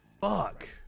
fuck